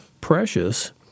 precious